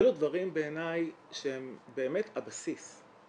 אלו דברים בעיניי שהם באמת הבסיס.